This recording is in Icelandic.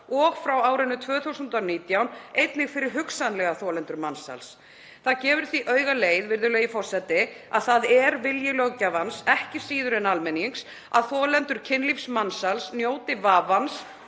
og, frá árinu 2019, einnig fyrir hugsanlega þolendur mansals. Það gefur því augaleið, virðulegi forseti, að það er vilji löggjafans ekki síður en almennings að þolendur kynlífsmansals njóti vafans